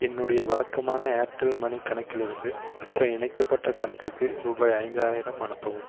என்னுடைய வழக்கமான ஏர்டெல் மணி கணக்கிலிருந்து மற்ற இணைக்கப்பட்ட கணக்குக்கு ரூபாய் ஐந்தாயிரம் அனுப்பவும்